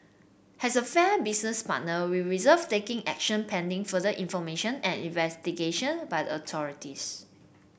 has a fair business partner we reserved taking action pending further information and investigation by the authorities